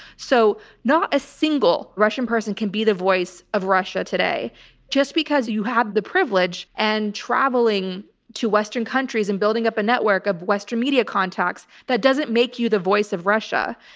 so not a single russian person can be the voice of russia today just because you have the privilege and traveling to western countries and building up a network of western media contacts that doesn't make you the voice of russia.